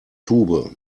tube